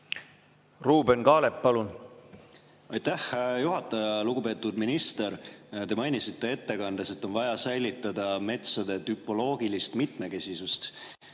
Ruuben Kaalep, palun! Aitäh, juhataja! Lugupeetud minister! Te mainisite ettekandes, et on vaja säilitada metsade tüpoloogilist mitmekesisust.